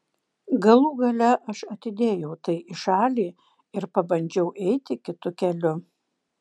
galų gale aš atidėjau tai į šalį ir pabandžiau eiti kitu keliu